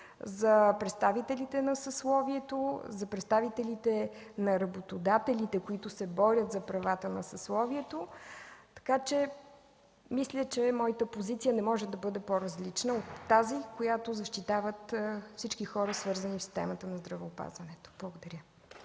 за представителите на съсловието, за представителите на работодателите, които се борят за правата на съсловието. Мисля, че моята позиция не може да бъде по-различна от тази, която защитават всички хора, свързани със системата на здравеопазването. Благодаря.